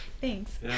thanks